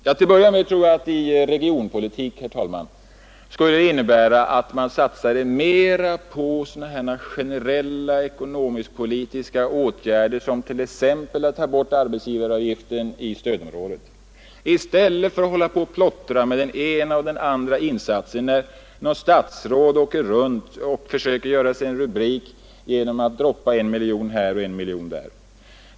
Till att börja med tror jag, herr talman, att det för regionpolitikens del skulle innebära att man satsade mer på generella ekonomisk-politiska åtgärder — såsom t.ex. att ta bort arbetsgivaravgiften i stödområdet — i stället för att plottra med den ena eller andra insatsen, exempelvis när något statsråd försöker göra sig en rubrik genom att åka runt och droppa en miljon här och en miljon där.